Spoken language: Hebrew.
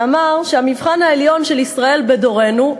שאמר שהמבחן העליון של ישראל בדורנו,